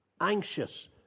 Anxious